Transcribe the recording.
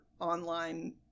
online